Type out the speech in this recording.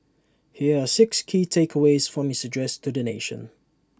here are six key takeaways from his address to the nation